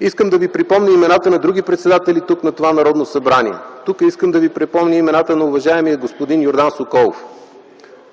искам също да ви припомня имената на други председатели тук на това Народно събрание. Искам да ви припомня имената на уважаемия господин Йордан Соколов,